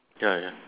ya ya